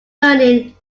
learning